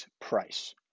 price